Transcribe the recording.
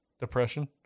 Depression